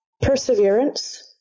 Perseverance